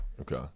Okay